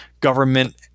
government